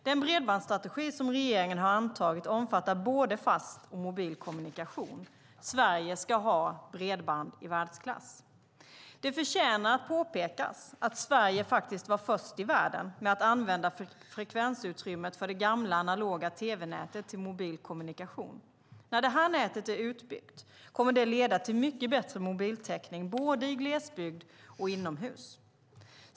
Den bredbandsstrategi som regeringen har antagit omfattar både fast och mobil kommunikation. Sverige ska ha bredband i världsklass. Det förtjänar att påpekas att Sverige faktiskt var först i världen med att använda frekvensutrymmet för det gamla analoga tv-nätet till mobil kommunikation. När det här nätet är utbyggt kommer det att leda till mycket bättre mobiltäckning både i glesbygd och inomhus.